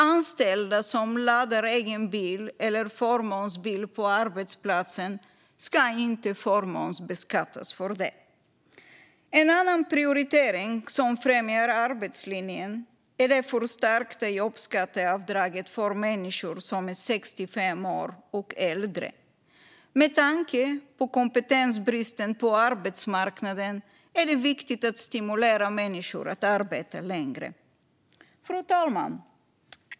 Anställda som laddar egen bil eller förmånsbil på arbetsplatsen ska inte förmånsbeskattas för det. En annan prioritering som främjar arbetslinjen är det förstärkta jobbskatteavdraget för människor som är 65 år och äldre. Med tanke på kompetensbristen på arbetsmarknaden är det viktigt att stimulera människor att arbeta längre. Fru talman!